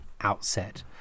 outset